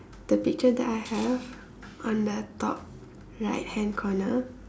the picture that I have on the top right hand corner